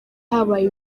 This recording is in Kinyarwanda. habaye